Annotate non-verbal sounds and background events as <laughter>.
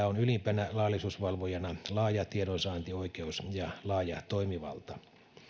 <unintelligible> on ylimpänä laillisuusvalvojana laaja tiedonsaantioikeus ja laaja toimivalta